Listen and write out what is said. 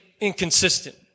inconsistent